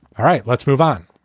all right, let's move on